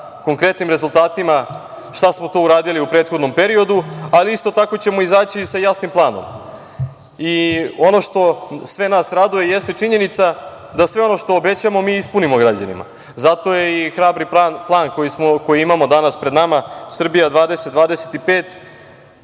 konkretnim rezultatima, šta smo to uradili u prethodnom periodu, ali isto tako ćemo izaći i sa jasnim planom i ono što sve nas raduje jeste činjenica da sve ono što obećamo, mi ispunimo građanima. Zato je hrabri plan koji imamo danas pred nama Srbija 20-25,